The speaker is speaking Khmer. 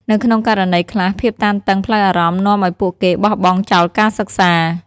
នៅក្នុងករណីខ្លះ ភាពតានតឹងផ្លូវអារម្មណ៍នាំឲ្យពួកគេបោះបង់ចោលការសិក្សា។